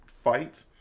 fight